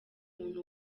umuntu